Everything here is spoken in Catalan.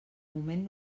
moment